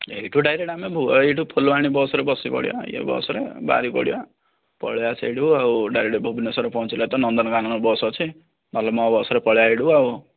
ହଁ ଏଇଠୁ ଡାଇରେକ୍ଟ ଆମେ ଏଇଠୁ ଫୁଲବାଣୀ ବସରେ ବସି ପଡ଼ିବା ୟେ ବସରେ ବାହାରି ପଡ଼ିବା ପଳେଇବା ସେଇଠୁ ଆଉ ଡାଇରେକ୍ଟ ଭୁବନେଶ୍ୱର ପହଞ୍ଚିଲେ ତ ନନ୍ଦନକାନନ ବସ୍ ଅଛି ନହେଲେ ମୋ ବସରେ ପଳେଇବା ଏଇଠୁ ଆଉ